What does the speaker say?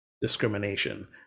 discrimination